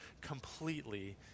completely